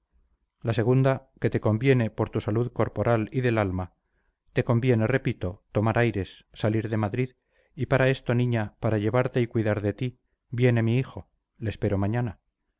la segunda que te conviene por tu salud corporal y del alma te conviene repito tomar aires salir de madrid y para esto niña para llevarte y cuidar de ti viene mi hijo le espero mañana